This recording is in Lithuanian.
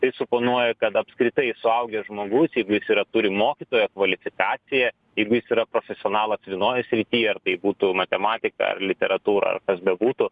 tai suponuoja kad apskritai suaugęs žmogus jeigu jis yra turi mokytojo kvalifikaciją jeigu jis yra profesionalas vienoje srityje ar tai būtų matematika ar literatūra ar kas bebūtų